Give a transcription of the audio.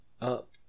up